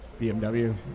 BMW